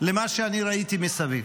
למה שאני ראיתי מסביב.